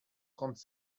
trente